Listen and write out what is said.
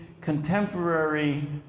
contemporary